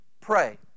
Pray